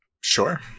sure